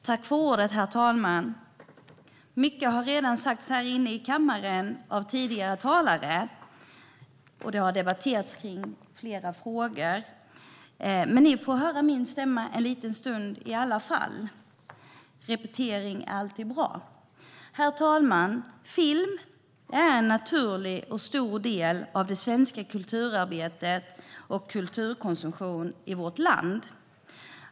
Herr talman! Mycket har redan sagts här i kammaren av tidigare talare, och de har debatterat om flera frågor. Men ni får höra min stämma en liten stund i alla fall. Repetition är alltid bra. Film är en naturlig och stor del av det svenska kulturarbetet och kulturkonsumtion i vårt land.